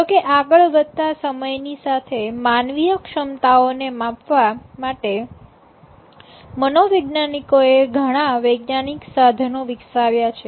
જો કે આગળ વધતા સમયની સાથે માનવીય ક્ષમતાઓ ને માપવા માટે મનોવૈજ્ઞાનિકોએ ઘણા વૈજ્ઞાનિક સાધનો વિકસાવ્યા છે